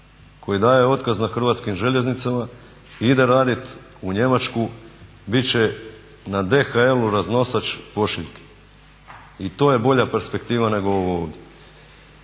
koji daje otkaz na Hrvatskim željeznicama i ide raditi u Njemačku, biti će na DHL-u raznosač pošiljki. I to je bolja perspektiva nego ova